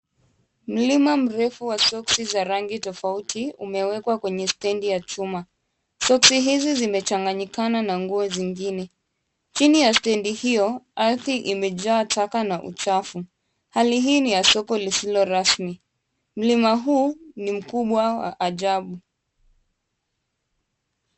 Mlima mrefu wa soksi za rangi tofauti tofauti umewekwa kwenye stendi ya chuma. Soksi hizi zimechanganyikana na nguo zingine. Chini ya stendi hiyo, ardhi imejaa taka na uchafu. Hali hii ni ya soko lisilo rasmi. Mlima huu ni mkubwa ajabu.